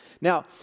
Now